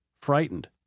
frightened